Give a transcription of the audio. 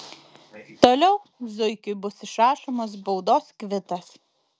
toliau zuikiui bus išrašomas baudos kvitas